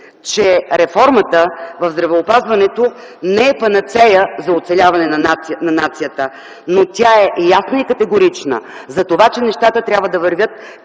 че реформата в здравеопазването не е панацея за оцеляване на нацията. Но тя е ясна и категорична за това, че нещата трябва да вървят